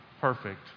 perfect